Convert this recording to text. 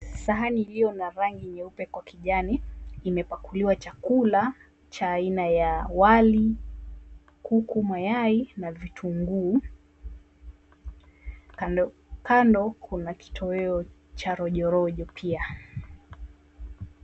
Sahani iliyo na rangi nyeupe kwa kijani imepakuliwa chakula cha aina ya wali, kuku, mayai na vitunguu. Kando kando kuna kitoweo cha rojo rojo pia.